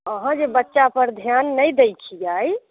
अहाँ जे बच्चा पर ध्यान नहि दै छियै